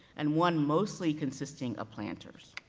and one mostly consisting of planters.